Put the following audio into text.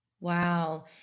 Wow